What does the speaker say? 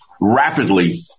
rapidly